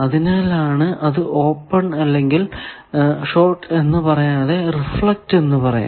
അതിനാലാണ് അത് ഓപ്പൺ അല്ലെങ്കിൽ ഷോർട് എന്ന് പറയാതെ റിഫ്ലക്ട് എന്ന് പറയുന്നത്